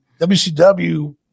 WCW